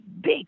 big